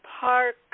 Park